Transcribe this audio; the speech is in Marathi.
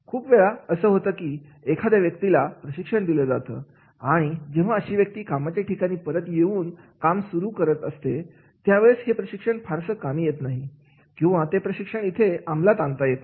खूप वेळा असं होतं की एखाद्या व्यक्तीला प्रशिक्षण दिलं जातं आणि जेव्हा अशी व्यक्ती कामाच्या ठिकाणी परत येऊन काम करू लागते त्यावेळेस हे प्रशिक्षण फारसं कामी येत नाही किंवा ते प्रशिक्षण इथे अमलात आणता येत नाही